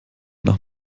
nach